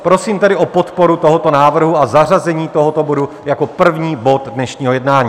Prosím tedy o podporu tohoto návrhu a zařazení tohoto bodu jako první bod dnešního jednání.